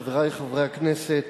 חברי חברי הכנסת,